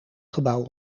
gebouw